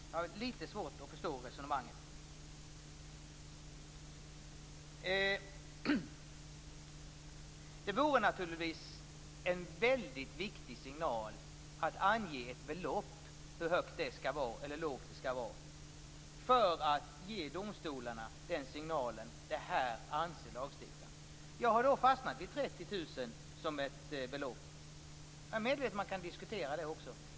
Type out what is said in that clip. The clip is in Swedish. Jag har litet svårt att förstå resonemanget. Att ange ett belopp vore naturligtvis en väldigt viktig signal till domstolarna: Det här anser lagstiftaren. Jag har fastnat för 30 000 kr som ett lämpligt belopp. Jag är medveten om att man kan diskutera det.